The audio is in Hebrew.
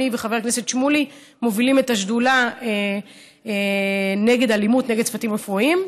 אני וחבר הכנסת שמולי מובילים את השדולה נגד אלימות נגד צוותים רפואיים.